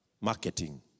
marketing